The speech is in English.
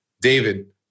David